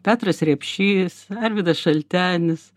petras repšys arvydas šaltenis